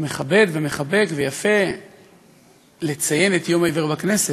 זה מכבד ומחבק ויפה לציין את יום העיוור בכנסת,